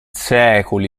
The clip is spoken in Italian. secoli